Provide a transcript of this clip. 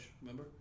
remember